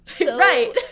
right